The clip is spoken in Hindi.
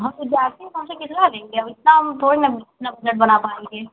हम जा कर लेंगे अब इतना थोड़ी ना बना पाएँगे